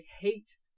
hate